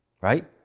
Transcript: Right